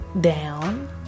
down